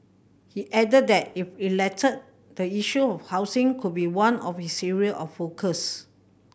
he added that if elected the issue of housing could be one of his area of focus